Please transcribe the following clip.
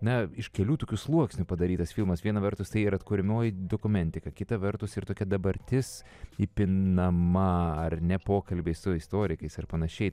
na iš kelių tokių sluoksnių padarytas filmas viena vertus tai ir atkuriamoji dokumentika kita vertus yra tokia dabartis įpinama ar ne pokalbiai su istorikais ar panašiai